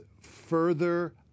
further